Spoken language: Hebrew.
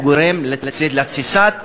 הוא גורם לתסיסת יתר.